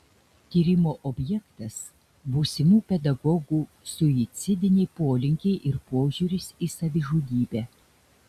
tyrimo objektas būsimų pedagogų suicidiniai polinkiai ir požiūris į savižudybę